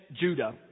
Judah